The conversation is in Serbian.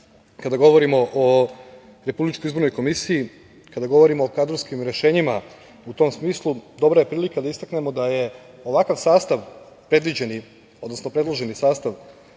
kada govorimo o RIK-u, kada govorimo o kadrovskim rešenjima, u tom smislu dobra je prilika da istaknemo da je ovakav sastav, predviđeni, odnosno predloženi sastav